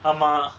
ஆமா:aama